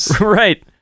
right